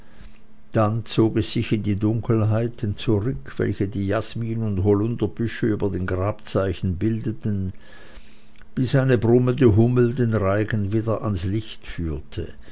dann zog es sich in die dunkelheiten zurück welche die jasmin und holunderbüsche über den grabzeichen bildeten bis eine brummende hummel den reigen wieder ans licht führte